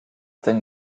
denn